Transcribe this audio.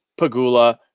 Pagula